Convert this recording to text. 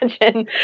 imagine